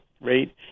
rate